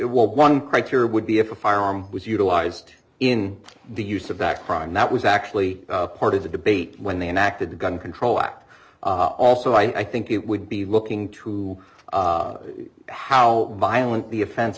one criteria would be if a firearm was utilized in the use of back crime that was actually part of the debate when they enacted the gun control act also i think it would be looking to how violent the offense